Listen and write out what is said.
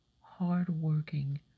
Hardworking